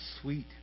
sweet